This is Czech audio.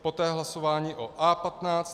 Poté hlasování o A15.